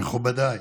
מכובדיי,